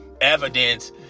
evidence